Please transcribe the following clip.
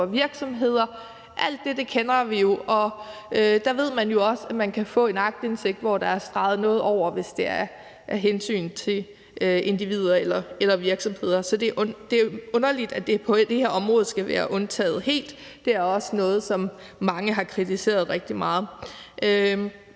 virksomheder. Alt det kender vi jo. Og man ved også, at man kan få en aktindsigt, hvor der er streget noget over, hvis det er af hensyn til individer eller virksomheder. Så det er underligt, det på det her område skal være undtaget helt. Det er også noget, som mange har kritiseret rigtig meget. Så